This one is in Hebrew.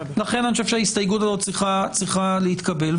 ולכן אני חושב שההסתייגות הזאת צריכה להתקבל -- אני בעד.